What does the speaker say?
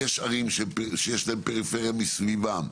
ויש ערים שיש להם פריפריה מסביבם,